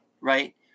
right